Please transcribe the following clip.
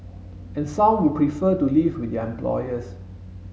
and some would prefer to live with their employers